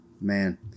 man